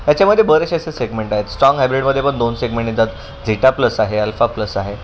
याच्यामध्ये बरेचशे असे सेगमेंट आहेत स्ट्राँग हायब्रिडमध्ये पण दोन सेगमेंट येतात जेटा प्लस आहे अल्फा प्लस आहे